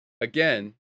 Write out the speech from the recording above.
Again